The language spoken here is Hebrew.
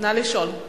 נא לשאול.